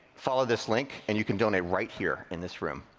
follow this link and you can donate right here in this room.